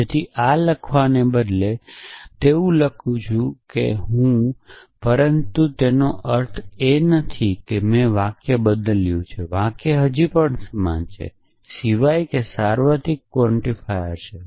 તેથી આ લખવાને બદલે તેવું છે કે હું આ જેવું લખી રહ્યો છું પરંતુ તેનો અર્થ એ નથી કે મેં વાક્ય બદલ્યું છે વાક્ય હજી પણ સમાન છે સિવાય કે સાર્વત્રિક ક્વોન્ટિફાયર છે